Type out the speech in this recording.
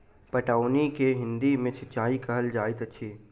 पटौनी के हिंदी मे सिंचाई कहल जाइत अछि